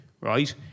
right